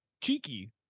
cheeky